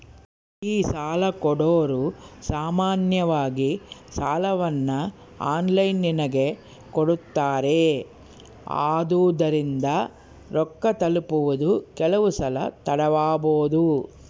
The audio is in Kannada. ಈ ಸಾಲಕೊಡೊರು ಸಾಮಾನ್ಯವಾಗಿ ಸಾಲವನ್ನ ಆನ್ಲೈನಿನಗೆ ಕೊಡುತ್ತಾರೆ, ಆದುದರಿಂದ ರೊಕ್ಕ ತಲುಪುವುದು ಕೆಲವುಸಲ ತಡವಾಬೊದು